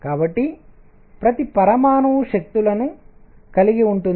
కాబట్టి ప్రతి పరమాణువు శక్తులను కలిగి ఉంటుంది